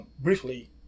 briefly